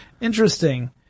Interesting